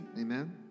Amen